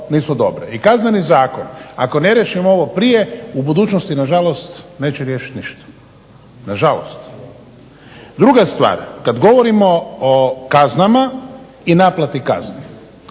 I Kazneni zakon, ako ne riješimo ovo prije, u budućnosti nažalost neće riješiti ništa. Nažalost. Druga stvar, kad govorimo o kaznama i naplati kazni